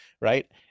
right